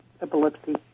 epilepsy